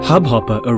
Hubhopper